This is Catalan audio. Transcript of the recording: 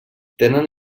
tenen